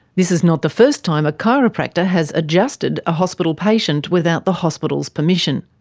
this is not the first time a chiropractor has adjusted a hospital patient without the hospital's permission.